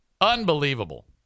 Unbelievable